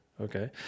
okay